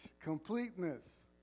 Completeness